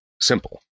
simple